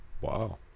wow